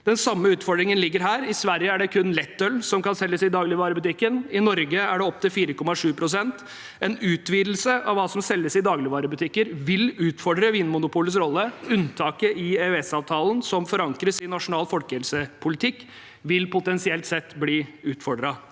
Den samme utfordringen ligger her. I Sverige er det kun lettøl som kan selges i dagligvarebutikken. I Norge er det opp til 4,7 pst. En utvidelse av hva som selges i dagligvarebutikker, vil utfordre Vinmonopolets rolle. Unntaket i EØS-avtalen, som forankres i nasjonal folkehelsepolitikk, vil potensielt sett bli utfordret.